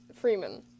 Freeman